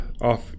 off